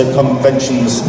conventions